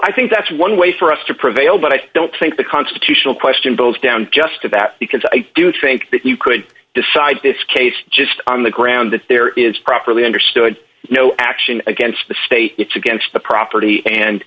i think that's one way for us to prevail but i don't think the constitutional question boils down to just about because i do think that you could decide this case just on the ground that there is properly understood no action against the state it's against the property and